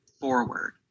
forward